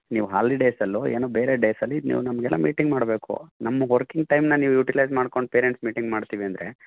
ನೀವು ಹಾಲಿಡೇಸ್ ಅಲ್ಲೊ ಏನೊ ಬೇರೆ ಡೇಸಲ್ಲಿ ನೀವು ನಮಗೆಲ್ಲ ಮೀಟಿಂಗ್ ಮಾಡಬೇಕು ನಮ್ಗೆ ವರ್ಕಿಂಗ್ ಟೈಮ್ನ ನೀವು ಯುಟಿಲೈಜ್ ಮಾಡ್ಕೊಂಡು ಪೇರೆಂಟ್ಸ್ ಮೀಟಿಂಗ್ ಮಾಡ್ತೀವಿ ಅಂದರೆ